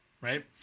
Right